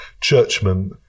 churchmen